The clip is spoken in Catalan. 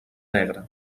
negre